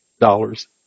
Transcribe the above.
dollars